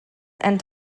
and